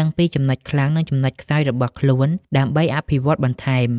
ដឹងពីចំណុចខ្លាំង និងចំណុចខ្សោយរបស់ខ្លួនដើម្បីអភិវឌ្ឍបន្ថែម។